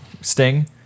Sting